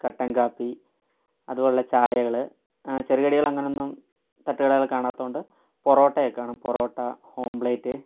കട്ടൻ കാപ്പി അതുപോലുള്ള ചായകൾ ചെറുകടികളങ്ങനൊന്നും തട്ട് കടകളിൽ കണാത്ത കൊണ്ട് പൊറോട്ടയെ കാണും പൊറോട്ട ഓംപ്ലെയ്റ്റ്